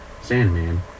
Sandman